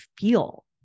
feel